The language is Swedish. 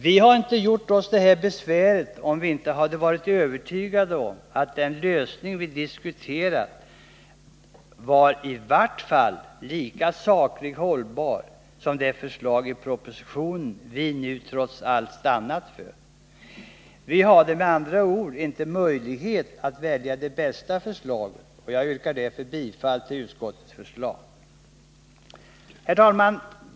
Vi hade inte gjort oss det besväret om vi inte hade varit övertygade om att den lösning vi diskuterade i vart fall var lika sakligt hållbar som det förslag i propositionen vi nu trots allt stannat för. Vi hade med andra ord inte möjlighet att välja det bästa förslaget, och jag yrkar därför bifall till utskottets förslag. Herr talman!